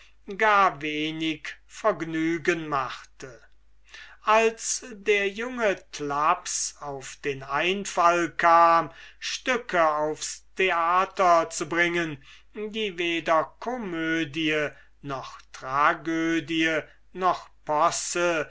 gar wenig vergnügen machte als ein junger dichter namens thlaps auf den einfall kam stücke aufs theater zu bringen die weder komödie noch tragödie noch posse